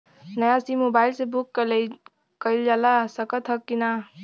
नया SIM mobile से book कइलजा सकत ह कि ना?